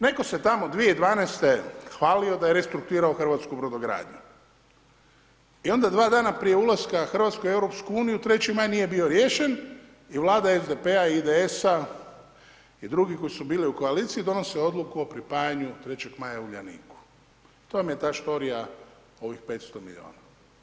Netko se tamo 2012. hvalio da je restrukturirao hrvatsku brodogradnji i onda dva dana prije ulaska RH u EU, 3. Maj nije bio riješen i Vlada SDP-a, IDS-a i drugih koji su bili u koaliciji donose odluku o pripajanju 3. Maja Uljaniku, to vam je ta štorija o ovih 500 milijuna.